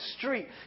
street